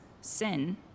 Sin